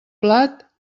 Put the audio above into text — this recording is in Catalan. plat